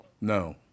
No